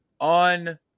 on